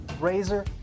Razor